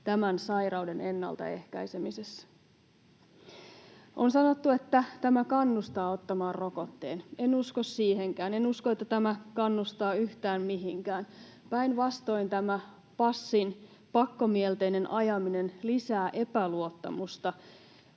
tämän sairauden ennaltaehkäisemisessä. On sanottu, että tämä kannustaa ottamaan rokotteen. En usko siihenkään. En usko, että tämä kannustaa yhtään mihinkään. Päinvastoin tämä passin pakkomielteinen ajaminen lisää epäluottamusta,